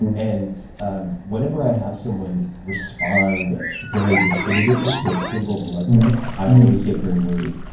and and whenever i have someone respond very definitively to a single blood test, i always get very worried.